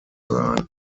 sein